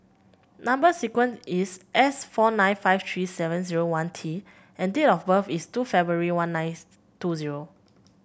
number sequence is S four nine five three seven zero one T and date of birth is two February one nine two zero